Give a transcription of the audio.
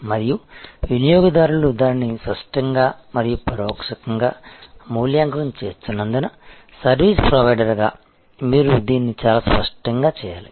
మరియు వినియోగదారులు దానిని స్పష్టంగా మరియు పరోక్షంగా మూల్యాంకనం చేస్తున్నందున సర్వీస్ ప్రొవైడర్గా మీరు దీన్ని చాలా స్పష్టంగా చేయాలి